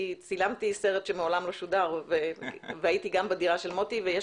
צילמתי סרט שמעולם לא שודר והייתי גם בדירה של מוטי ויש